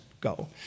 go